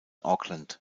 auckland